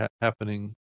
happening